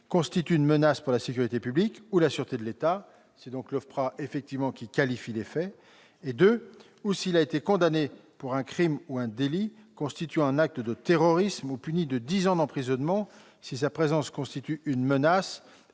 constitue une menace pour la sécurité publique ou la sûreté de l'État- c'est donc bien l'OFPRA qui qualifie les faits -, ou, deuxièmement, si le demandeur a été condamné pour un crime ou un délit constituant un acte de terrorisme ou puni de dix ans d'emprisonnement, si sa présence constitue une menace